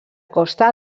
costa